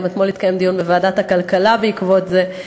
גם אתמול התקיים דיון בוועדת הכלכלה בעקבות זה.